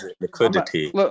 liquidity